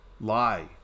lie